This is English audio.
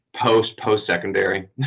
post-post-secondary